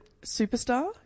superstar